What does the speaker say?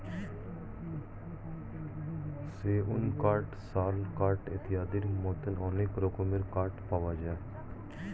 সেগুন কাঠ, শাল কাঠ ইত্যাদির মতো অনেক রকমের কাঠ পাওয়া যায়